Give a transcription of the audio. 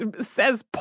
says